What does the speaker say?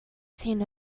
seen